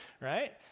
Right